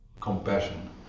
compassion